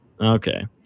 Okay